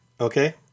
Okay